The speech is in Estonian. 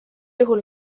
juhul